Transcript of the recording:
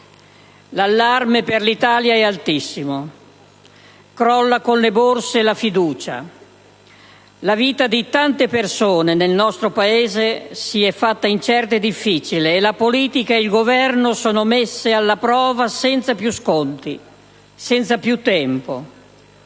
L'allarme per l'Italia è altissimo: crolla con le Borse la fiducia; la vita di tante persone nel nostro Paese si è fatta incerta e difficile; la politica e il Governo sono messi alla prova senza più sconti, senza più tempo;